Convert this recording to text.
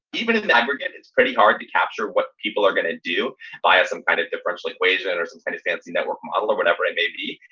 even if the aggregate it's pretty hard to capture what people are going to do by some kind of differential equation or some kind of fancy network model or whatever it may be.